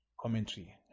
commentary